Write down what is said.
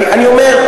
אני אומר,